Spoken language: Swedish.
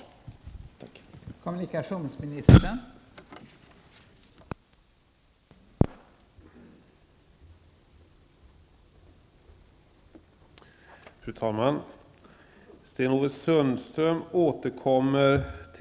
Tack!